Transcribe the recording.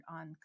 on